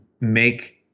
make